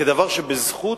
כדבר שבזכות,